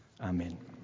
amen